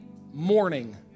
morning